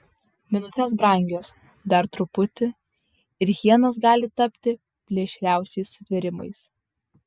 minutės brangios dar truputį ir hienos gali tapti plėšriausiais sutvėrimais